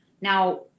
Now